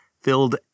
filled